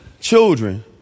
children